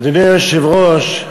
אדוני היושב-ראש,